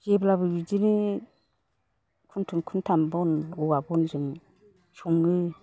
जेब्लाबो बिदिनो खुन्थुम खुन्थाम बन औवा बनजों सङो